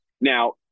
Now